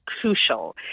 crucial